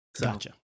Gotcha